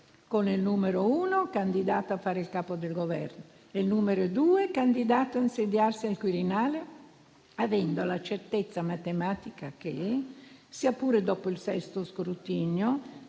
con il numero uno candidato a fare il Capo del Governo e il numero due candidato a insediarsi al Quirinale avendo la certezza matematica che, sia pure dopo il sesto scrutinio,